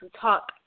talk